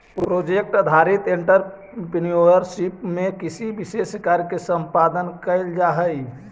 project आधारित entrepreneurship में किसी विशेष कार्य के संपादन कईल जाऽ हई